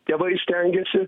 tėvai stengiasi